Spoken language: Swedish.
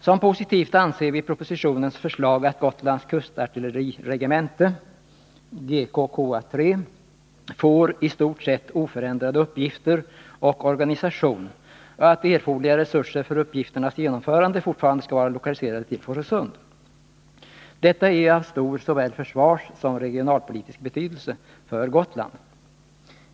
Som positivt anser vi propositionens förslag att Gotlands Kustartilleriregemente GK/KA 3 får, i stort sett, oförändrade uppgifter och organisation och att erforderliga resurser för uppgifternas genomförande fortfarande skall vara lokaliserade till Fårösund. Detta är av stor såväl försvarssom regionalpolitisk betydelse för Gotland.